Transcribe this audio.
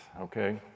okay